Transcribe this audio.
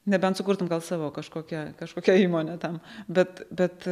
nebent sukurtum gal savo kažkokią kažkokią įmonę tam bet bet